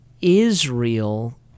Israel